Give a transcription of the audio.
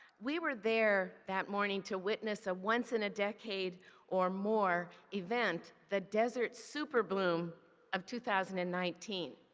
we were there that morning to witness a once in a decade or more event, the desert super bloom of two thousand and nineteen.